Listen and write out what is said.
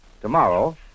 Tomorrow